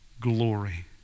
glory